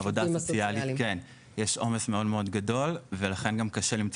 בעבודה הסוציאלית יש עומס מאוד מאוד גדול ולכן גם קשה למצוא